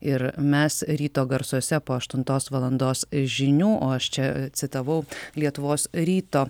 ir mes ryto garsuose po aštuntos valandos žinių o aš čia citavau lietuvos ryto